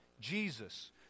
Jesus